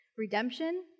Redemption